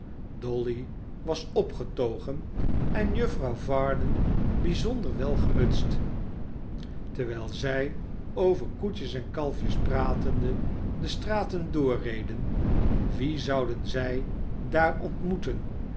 dolly was opgetogen en juffrouw varden bijzonder welgemutst terwijl zij over koetjes en kalfjes pratende de straten doorreden wien zouden zij daar ontmoeten